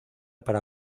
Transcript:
para